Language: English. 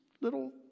little